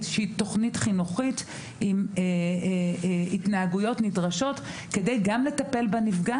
שהיא תוכנית חינוכית עם התנהגויות נדרשות כדי גם לטפל בנפגע